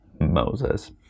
Moses